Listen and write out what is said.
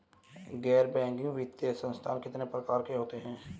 गैर बैंकिंग वित्तीय संस्थान कितने प्रकार के होते हैं?